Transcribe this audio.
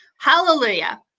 Hallelujah